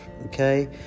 okay